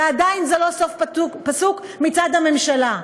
ועדיין זה לא סוף פסוק מצד הממשלה.